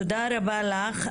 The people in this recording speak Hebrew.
תודה רבה לך.